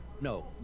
No